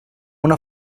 una